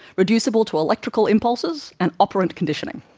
reducible to electrical impulses and operant conditioning.